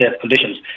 conditions